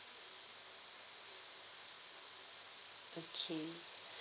okay